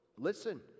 listen